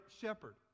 shepherd